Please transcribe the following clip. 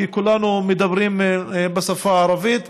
כי כולנו מדברים בשפה הערבית.